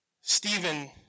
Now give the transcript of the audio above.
Stephen